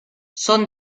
son